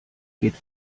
geht